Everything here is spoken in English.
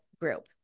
Group